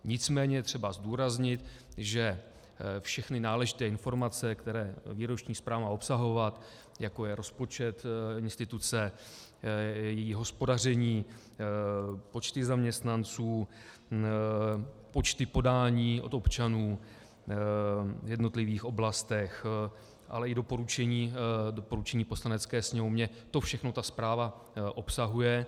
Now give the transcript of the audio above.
Nicméně je třeba zdůraznit, že všechny náležité informace, které výroční zpráva má obsahovat, jako je rozpočet instituce, její hospodaření, počty zaměstnanců, počty podání od občanů v jednotlivých oblastech, ale i doporučení Poslanecké sněmovně, to všechno ta zpráva obsahuje.